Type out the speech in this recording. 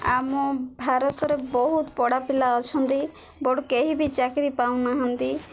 ଆମ ଭାରତରେ ବହୁତ ପଢ଼ା ପିଲା ଅଛନ୍ତି ବଟ କେହି ବି ଚାକିରି ପାଉନାହାନ୍ତି